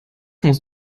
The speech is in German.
musst